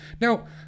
Now